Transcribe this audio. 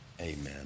amen